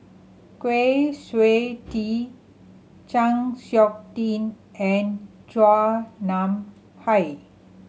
Kwi Siew Tee Chng Seok Tin and Chua Nam Hai